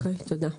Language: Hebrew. אוקי תודה.